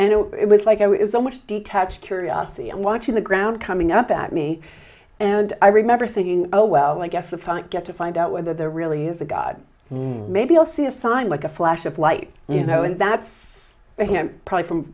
and it was like i was so much detached curiosity and watching the ground coming up at me and i remember thinking oh well i guess if i get to find out whether there really is a god maybe i'll see a sign like a flash of light you know and that's a hymn probably from